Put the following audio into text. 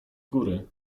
góry